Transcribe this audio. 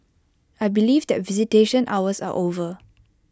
I believe that visitation hours are over